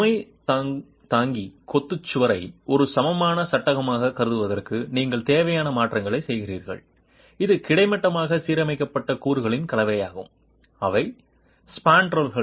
சுமை தாங்கி கொத்து சுவரை ஒரு சமமான சட்டமாகக் கருதுவதற்கு நீங்கள் தேவையான மாற்றங்களைச் செய்கிறீர்கள் இது கிடைமட்டமாக சீரமைக்கப்பட்ட கூறுகளின் கலவையாகும் அவை ஸ்பான்ட்ரல்கள்